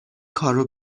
کارو